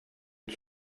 une